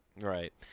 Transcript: Right